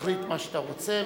תחליט מה שאתה רוצה,